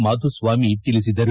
ಮಾಧುಸ್ವಾಮಿ ತಿಳಿಸಿದರು